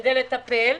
כדי לטפל,